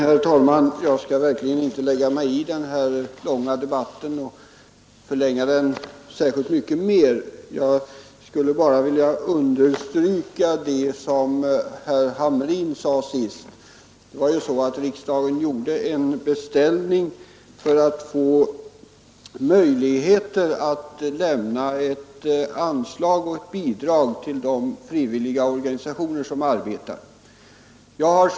Herr talman! Jag skall inte förlänga denna debatt så mycket mer. Jag vill bara understryka vad herr Hamrin sade senast. Riksdagen har ju gjort en beställning för att få möjligheter att lämna ett anslag eller ett bidrag till de frivilliga organisationer som arbetar på detta område.